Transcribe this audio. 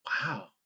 wow